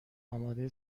آماده